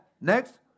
Next